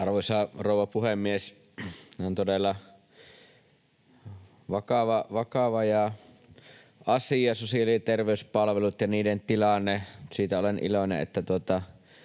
Arvoisa rouva puhemies! Tämä on todella vakava asia, sosiaali- ja terveyspalvelut ja niiden tilanne. Siitä olen iloinen,